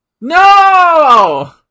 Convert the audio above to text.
No